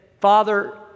father